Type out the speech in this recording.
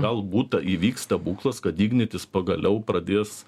galbūt įvyks stebuklas kad ignitis pagaliau pradės